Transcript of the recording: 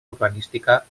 urbanística